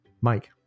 Mike